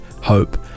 hope